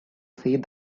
see